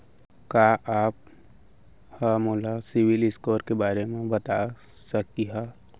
का आप हा मोला सिविल स्कोर के बारे मा बता सकिहा?